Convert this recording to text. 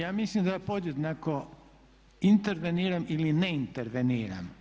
Ja mislim da podjednako interveniram ili ne interveniram.